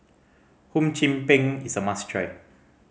Hum Chim Peng is a must try